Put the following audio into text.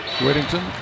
Whittington